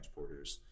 transporters